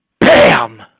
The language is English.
BAM